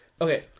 Okay